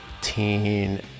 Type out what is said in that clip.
teen